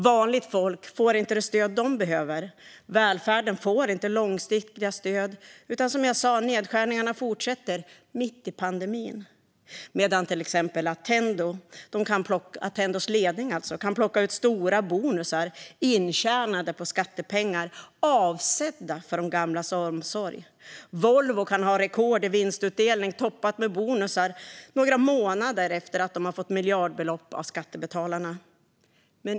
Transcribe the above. Vanligt folk får inte det stöd de behöver. Välfärden får inte långsiktiga stöd. I stället fortsätter som sagt nedskärningarna mitt i pandemin. Samtidigt kan Attendos ledning plocka ut stora bonusar intjänade på skattepengar avsedda för de gamlas omsorg. Volvo kan ha rekord i vinstutdelning toppat med bonusar några månader efter att de fått miljardbelopp av skattebetalarna.